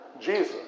Jesus